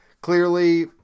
clearly